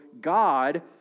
God